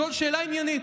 לשאול שאלה עניינית: